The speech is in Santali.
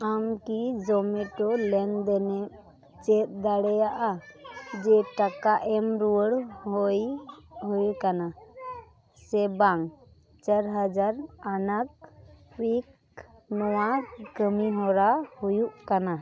ᱟᱢ ᱠᱤ ᱞᱮᱱᱫᱮᱱᱮᱢ ᱪᱮᱫ ᱫᱟᱲᱮᱭᱟᱜᱼᱟ ᱡᱮ ᱴᱟᱠᱟ ᱮᱢ ᱨᱩᱭᱟᱹᱲ ᱦᱳᱭ ᱦᱩᱭ ᱟᱠᱟᱱᱟ ᱥᱮ ᱵᱟᱝ ᱪᱟᱨ ᱦᱟᱡᱟᱨ ᱟᱱᱟᱜ ᱱᱚᱣᱟ ᱠᱟᱹᱢᱤ ᱦᱚᱨᱟ ᱦᱩᱭᱩᱜ ᱠᱟᱱᱟ